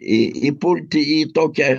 įpulti į tokią